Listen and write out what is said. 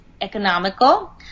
economical